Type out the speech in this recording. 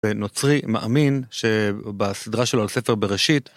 ונוצרי מאמין שבסדרה שלו על ספר בראשית